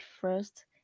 first